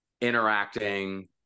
interacting